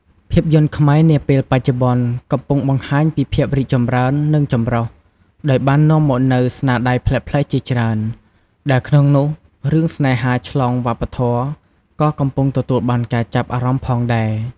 ភាពយន្តខ្មែរនាពេលបច្ចុប្បន្ន កំពុងបង្ហាញពីភាពរីកចម្រើន និងចម្រុះ ដោយបាននាំមកនូវស្នាដៃប្លែកៗជាច្រើន ដែលក្នុងនោះរឿងស្នេហាឆ្លងវប្បធម៌ក៏កំពុងទទួលបានការចាប់អារម្មណ៍ផងដែរ ។